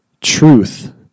truth